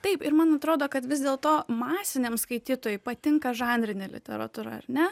taip ir man atrodo kad vis dėlto masiniam skaitytojui patinka žanrinė literatūra ar ne